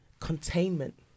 Containment